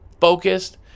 focused